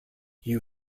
you